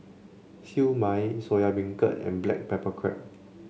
Siew Mai Soya Beancurd and Black Pepper Crab